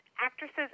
actresses